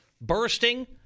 bursting